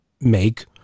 make